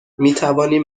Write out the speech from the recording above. میتوانیم